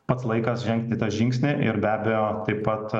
pats laikas žengti tą žingsnį ir be abejo taip pat